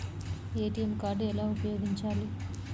ATM card ఎలా ఉపయోగించాలి?